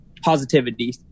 positivity